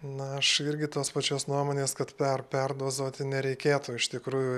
na aš irgi tos pačios nuomonės kad per perdozuoti nereikėtų iš tikrųjų